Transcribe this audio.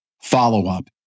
Follow-up